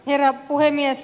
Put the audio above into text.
herra puhemies